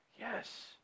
Yes